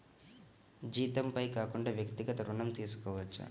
జీతంపై కాకుండా వ్యక్తిగత ఋణం తీసుకోవచ్చా?